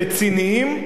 רציניים,